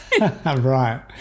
Right